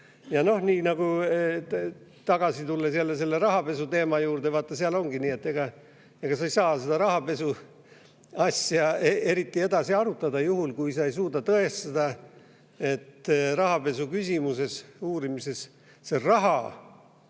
ega saada. Ja tagasi tulles jälle selle rahapesuteema juurde, vaata, selle puhul ongi nii, et ega sa ei saa seda rahapesu asja eriti edasi arutada, juhul kui sa ei suuda tõestada rahapesuküsimuse uurimises, et see raha,